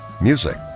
Music